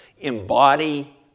embody